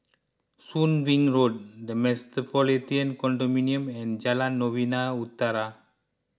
Soon Wing Road the Metropolitan Condominium and Jalan Novena Utara